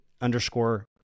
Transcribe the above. underscore